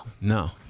No